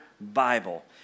Bible